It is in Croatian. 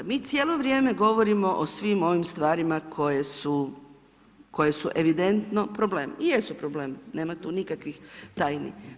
Mi cijelo vrijeme govorimo o svim ovim stvarima koje su evidentno problem i jesu problem, nema tu nikakvih tajni.